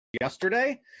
yesterday